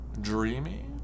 dreamy